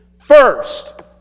First